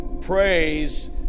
Praise